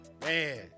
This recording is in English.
man